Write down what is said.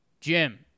Jim